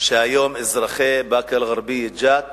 שהיום אזרחי באקה-אל-ע'רביה ג'ת